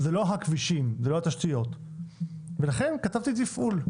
זה לא הכבישים, זה לא התשתיות ולכן כתבתי תפעול.